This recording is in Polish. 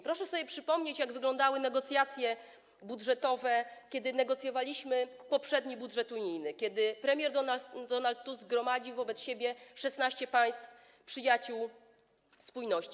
Proszę sobie przypomnieć, jak wyglądały negocjacje budżetowe, kiedy negocjowaliśmy poprzedni budżet unijny, kiedy premier Donald Tusk gromadził wokół siebie 16 państw, przyjaciół spójności.